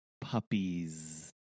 puppies